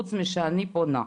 חוץ משאני פונה,